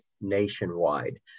Nationwide